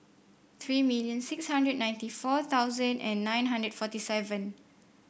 three million six hundred ninety four thousand and nine hundred forty seven